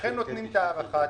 ולכן נותנים את ההארכה,